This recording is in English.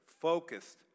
focused